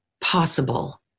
possible